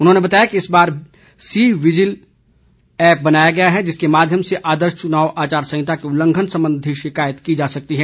उन्होंने बताया कि इस बार सी विजील एप्प बनाया गया है जिसके माध्यम से आदर्श चुनाव आचार संहिता के उल्लंघन संबंधी शिकायत की जा सकती है